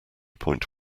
point